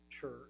church